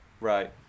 Right